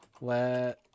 Let